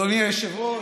אדוני היושב-ראש,